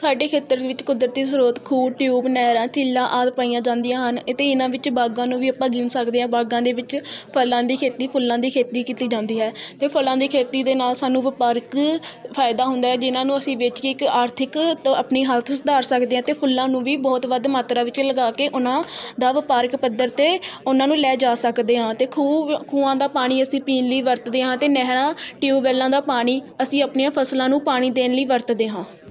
ਸਾਡੇ ਖੇਤਰ ਵਿੱਚ ਕੁਦਰਤੀ ਸ੍ਰੋਤ ਖੂਹ ਟਿਊਬ ਨਹਿਰਾਂ ਝੀਲਾਂ ਆਦਿ ਪਾਈਆਂ ਜਾਂਦੀਆਂ ਹਨ ਅਤੇ ਇਹਨਾਂ ਵਿੱਚ ਬਾਗਾਂ ਨੂੰ ਵੀ ਆਪਾਂ ਗਿਣ ਸਕਦੇ ਹਾਂ ਬਾਗਾਂ ਦੇ ਵਿੱਚ ਫਲਾਂ ਦੀ ਖੇਤੀ ਫੁੱਲਾਂ ਦੀ ਖੇਤੀ ਕੀਤੀ ਜਾਂਦੀ ਹੈ ਅਤੇ ਫਲਾਂ ਦੀ ਖੇਤੀ ਦੇ ਨਾਲ ਸਾਨੂੰ ਵਪਾਰਕ ਫਾਇਦਾ ਹੁੰਦਾ ਹੈ ਜਿਨ੍ਹਾਂ ਨੂੰ ਅਸੀਂ ਵੇਚ ਕੇ ਆਰਥਿਕ ਆਪਣੀ ਹਾਲਤ ਸੁਧਾਰ ਸਕਦੇ ਹਾਂ ਅਤੇ ਫੁੱਲਾਂ ਨੂੰ ਵੀ ਬਹੁਤ ਵੱਧ ਮਾਤਰਾ ਵਿੱਚ ਲਗਾ ਕੇ ਉਨ੍ਹਾਂ ਦਾ ਵਪਾਰਕ ਪੱਧਰ 'ਤੇ ਉਨ੍ਹਾਂ ਨੂੰ ਲੈ ਜਾ ਸਕਦੇ ਹਾਂ ਅਤੇ ਖੂਹ ਖੂਹਾਂ ਦਾ ਪਾਣੀ ਅਸੀਂ ਪੀਣ ਲਈ ਵਰਤਦੇ ਹਾਂ ਅਤੇ ਨਹਿਰਾਂ ਟਿਊਵੈੱਲਾਂ ਦਾ ਪਾਣੀ ਅਸੀਂ ਆਪਣੀਆਂ ਫਸਲਾਂ ਨੂੰ ਪਾਣੀ ਦੇਣ ਲਈ ਵਰਤਦੇ ਹਾਂ